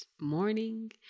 morning